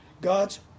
God's